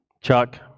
Chuck